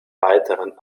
weiteren